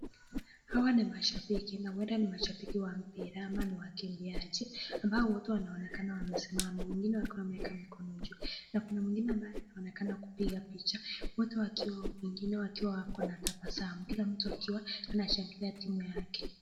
Hawa ni mashabiki na huenda ni mashabiki wa mbira huenda ni wakimbiaji, ambao wote wanaonekana wamesimama wakiwa wameweka mikono juu na kuna mwingine ambayo anaonekana kupiga picha, wote wengine wakiwa wanatabasamu kila mtu akiwa anashangilia timu yake.